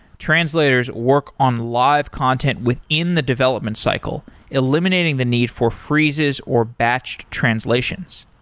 translators work on live content within the development cycle, eliminating the need for freezes or batched translations.